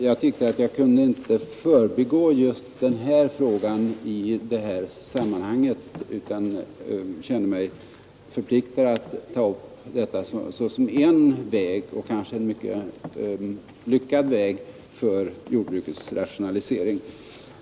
Jag tyckte inte att jag kunde förbigå frågan om kooperativt jordbruk i det här sammanhanget, utan jag kände mig förpliktigad att ta upp detta såsom en och kanske mycket lyckad väg när det gäller jordbrukets rationalisering.